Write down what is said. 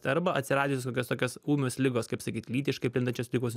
arba atsiradusios kokios tokios ūmios ligos kaip sakyt lytiškai plintančios ligos